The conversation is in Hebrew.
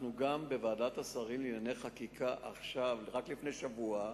גם בוועדת השרים לענייני חקיקה, רק לפני שבוע,